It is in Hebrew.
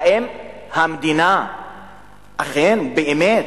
האם המדינה אכן, באמת,